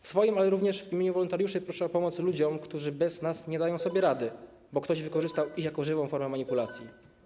W swoim, ale również w imieniu wolontariuszy proszę o pomoc ludziom, którzy bez nas nie dają sobie rady, bo ktoś wykorzystał ich jako żywą formę manipulacji.